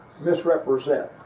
misrepresent